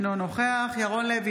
אינו נוכח ירון לוי,